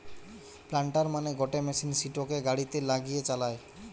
planter মানে গটে machine সিটোকে গাড়িতে লাগিয়ে চালায়